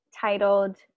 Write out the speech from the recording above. titled